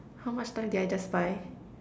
how much time did I just buy